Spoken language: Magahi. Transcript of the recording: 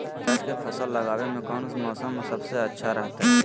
प्याज के फसल लगावे में कौन मौसम सबसे अच्छा रहतय?